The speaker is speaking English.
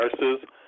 nurses